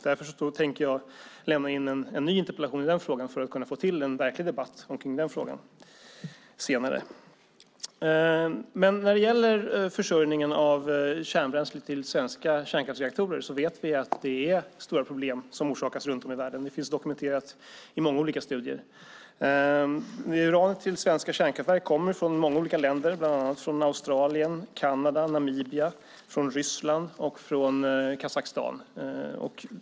Därför tänker jag lämna in en ny interpellation i den frågan för att kunna få till stånd en verklig debatt i den frågan senare. När det gäller försörjningen av kärnbränsle till svenska kärnkraftsreaktorer vet vi att det är stora problem. Det finns dokumenterat i många olika studier. Uranet till svenska kärnkraftverk kommer från många olika länder, bland annat från Australien, Kanada, Namibia, Ryssland och Kazakstan.